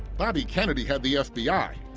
bobby kennedy had the f b i.